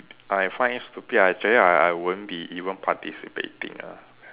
I find it stupid actually I I won't be even participating ah